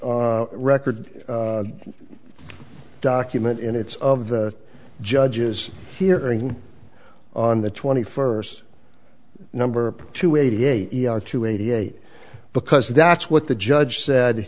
record document and it's of the judges hearing on the twenty first number to eighty eight to eighty eight because that's what the judge said